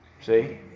See